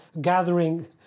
gathering